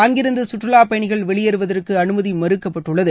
அங்கிருந்து சுற்றுலாப்பயணிகள் வெளியேறுவதற்கு அனுமதி மறுக்கப்பட்டுள்ளது